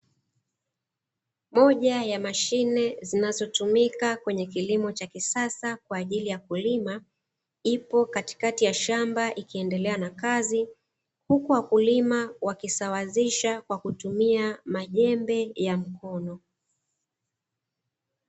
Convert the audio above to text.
Moja ya mashine zinazotumika kwenye kilimo cha kisasa kwa ajili ya kulima, ipo katikati ya shamba ikiendelea na kazi. Huku wakulima wakisawazisha kwa kutumia majembe ya mkono.